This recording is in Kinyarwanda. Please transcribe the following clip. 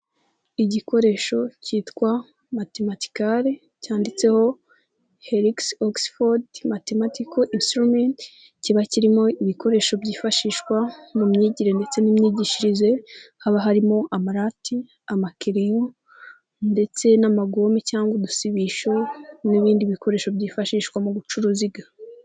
Igikoresho cyitwa matimatikale cyanditseho herigisi Oxford matematiko insuturumeti, kiba kirimo ibikoresho byifashishwa mu myigire ndetse n'imyigishirize, haba harimo amarati, amakereyo ndetse n'amagome cyangwa udusibisho n'ibindi bikoresho byifashishwa mu gucuruziga.